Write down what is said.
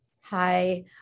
Hi